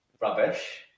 rubbish